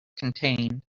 contained